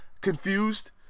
confused